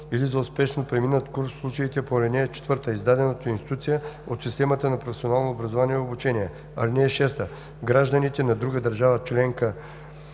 или за успешно преминат курс – в случаите по ал. 4, издаден от институция от системата на професионалното образование и обучение. (6) Гражданите на друга държава – членка